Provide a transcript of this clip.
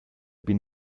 bin